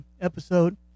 episode